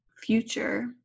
future